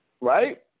right